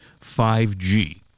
5G